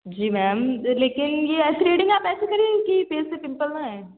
جی ma'am لیکن یہ threading آپ ایسے کریے گا کہ فیس پہ پمپل نہ آئیں